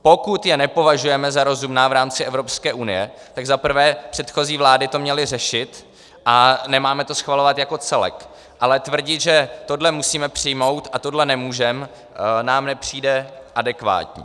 Pokud je nepovažujeme za rozumná v rámci Evropské unie, tak za prvé předchozí vlády to měly řešit a nemáme to schvalovat jako celek, ale tvrdit, že tohle musíme přijmout a tohle nemůžeme, nám nepřijde adekvátní.